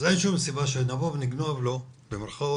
אז אין שום סיבה שנבוא ו"נגנוב" לו שני